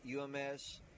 UMS